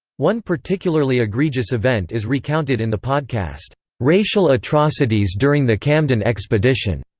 one particularly egregious event is recounted in the podcast racial atrocities during the camden expedition,